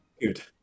Good